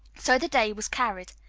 so the day was carried.